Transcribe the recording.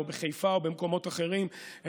או בחיפה או במקומות אחרים.